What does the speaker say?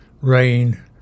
rain